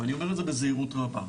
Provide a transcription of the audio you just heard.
ואני אומר את זה בזהירות רבה,